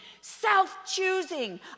self-choosing